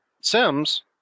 Sims